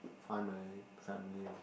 find my family lor